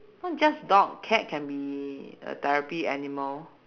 not just dog cat can be a therapy animal